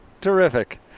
terrific